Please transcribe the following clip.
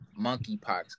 monkeypox